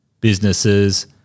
businesses